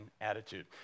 attitude